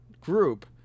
group